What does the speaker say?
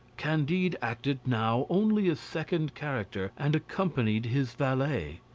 candide acted now only a second character, and accompanied his valet.